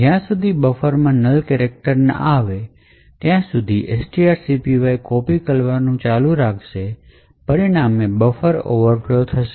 જ્યાં સુધી બફરમાં null કેરેક્ટર ના આવે ત્યાં સુધી strcpy કોપી કરવાનું ચાલુ રાખશે પરિણામે બફર ઓવરફ્લો થશે